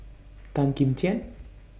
Tan Kim Tian